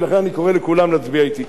ולכן אני קורא לכולם להצביע אתי.